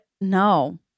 no